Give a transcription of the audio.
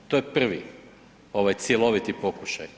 To je prvi ovaj cjeloviti pokušaj.